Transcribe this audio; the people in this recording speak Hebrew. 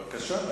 בבקשה.